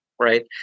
right